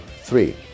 three